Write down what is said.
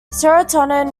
serotonin